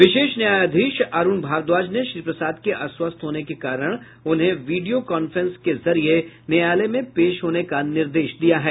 विशेष न्यायाधीश अरुण भारद्वाज ने श्री प्रसाद के अस्वस्थ होने के कारण उन्हें वीडियो कांफ्रेन्स के जरिए न्यायालय में पेश होने का निर्देश दिया है